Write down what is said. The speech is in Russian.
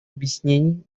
объяснений